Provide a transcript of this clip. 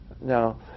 Now